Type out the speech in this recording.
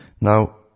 Now